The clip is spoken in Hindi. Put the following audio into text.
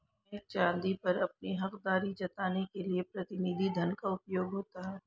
सोने चांदी पर अपनी हकदारी जताने के लिए प्रतिनिधि धन का उपयोग होता है